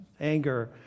anger